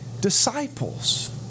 disciples